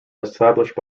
established